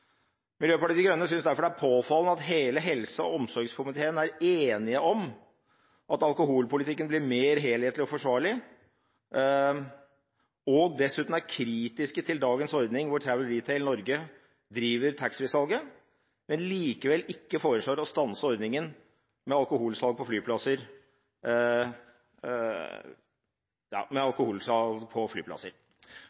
Miljøpartiet De Grønne synes derfor det er påfallende at hele helse- og omsorgskomiteen er enig om at alkoholpolitikken skal bli mer helhetlig og forsvarlig, og dessuten er kritisk til dagens ordning hvor Travel Retail Norway driver taxfree-salget, men likevel ikke foreslår å stanse ordningen med alkoholsalg på flyplasser.